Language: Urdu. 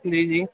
جی جی